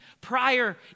prior